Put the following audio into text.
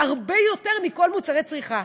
הן הרבה יותר מכל מוצרי הצריכה.